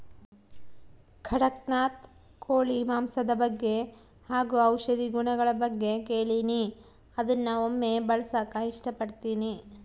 ಕಡಖ್ನಾಥ್ ಕೋಳಿ ಮಾಂಸದ ಬಗ್ಗೆ ಹಾಗು ಔಷಧಿ ಗುಣಗಳ ಬಗ್ಗೆ ಕೇಳಿನಿ ಅದ್ನ ಒಮ್ಮೆ ಬಳಸಕ ಇಷ್ಟಪಡ್ತಿನಿ